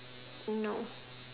no